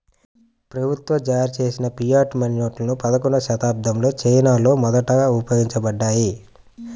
ప్రభుత్వం జారీచేసిన fiat money నోట్లు పదకొండవ శతాబ్దంలో చైనాలో మొదట ఉపయోగించబడ్డాయి